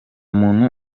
muntu